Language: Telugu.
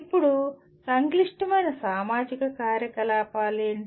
ఇప్పుడు సంక్లిష్టమైన ఇంజనీరింగ్ కార్యకలాపాలు ఏమిటి